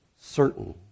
certain